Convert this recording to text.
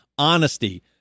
honesty